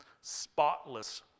spotless